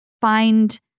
find